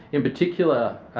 in particular,